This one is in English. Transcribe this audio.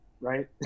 right